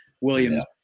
Williams